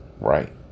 Right